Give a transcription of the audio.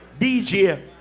DJ